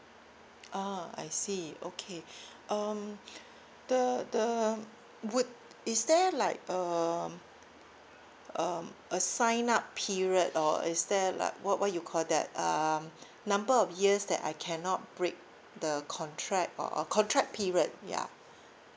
ah I see okay um the the would is there like um um a sign up period or is there like what what you call that um number of years that I cannot break the contract or a contract period ya